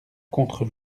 contre